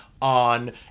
on